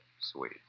Sweet